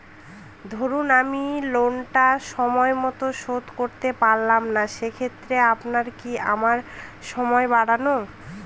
ধরুন আমি লোনটা সময় মত শোধ করতে পারলাম না সেক্ষেত্রে আপনার কি আরো সময় বাড়ান?